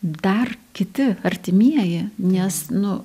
dar kiti artimieji nes nu